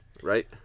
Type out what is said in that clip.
Right